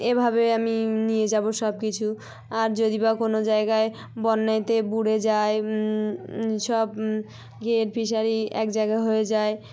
এভাবে আমি নিয়ে যাব সব কিছু আর যদি বা কোনো জায়গায় বন্যাতে ভরে যায় সব ইয়ের ফিশারি এক জায়গা হয়ে যায়